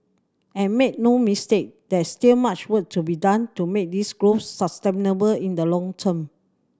and made no mistake there's still much work to be done to make this growth sustainable in the long term